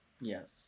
Yes